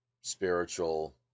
spiritual